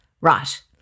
right